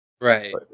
right